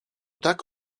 tak